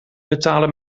betalen